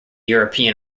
european